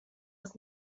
was